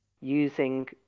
using